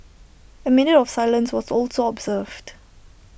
A minute of silence was also observed